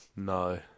No